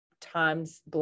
times